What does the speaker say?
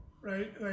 right